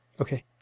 Okay